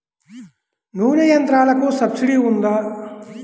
నూనె యంత్రాలకు సబ్సిడీ ఉందా?